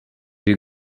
you